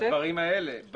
בדברים האלה.